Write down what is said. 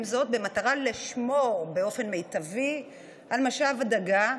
זאת במטרה לשמור באופן מיטבי על משאב הדגה,